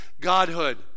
Godhood